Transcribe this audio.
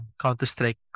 Counter-Strike